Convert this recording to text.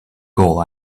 goal